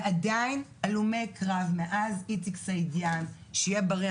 ועדיין הלומי קרב מאז איציק סעידיאן שיהיה בריא,